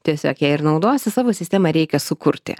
tiesiog ją ir naudosi savo sistemą reikia sukurti